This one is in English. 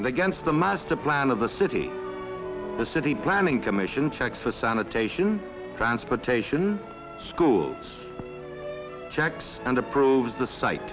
and against the master plan of the city the city planning commission check for sanitation transportation schools checks and approves the site